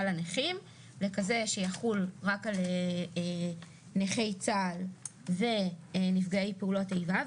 הנכים לכזה שיחול רק על נכי צה"ל ונפגעי פעולות איבה,